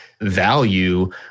value